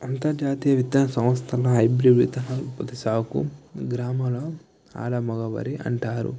అంతర్జాతీయ విత్తన సంస్థను హైబ్రిడ్ విత్తనాల సాగుకు గ్రామంలో ఆలమగవారి అంటారు